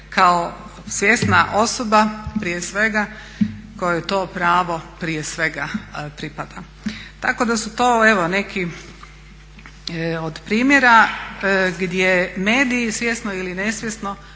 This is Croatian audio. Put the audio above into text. kao svjesna osoba prije svega kojoj to pravo prije svega pripada. Tako da su to evo neki od primjera gdje mediji svjesno ili nesvjesno